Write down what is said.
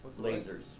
Lasers